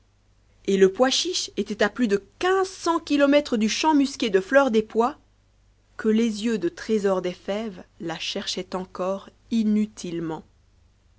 et le pois chiche était a plus de quinze cents kilomètres du champ musqué de fleur des pois que les yeux de trésor des fèves la cherchaient encore inutilement